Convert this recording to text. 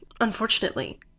Unfortunately